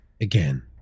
Again